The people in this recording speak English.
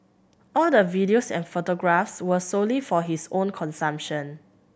all the videos and photographs were solely for his own consumption